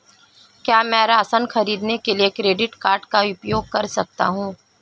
क्या मैं राशन खरीदने के लिए क्रेडिट कार्ड का उपयोग कर सकता हूँ?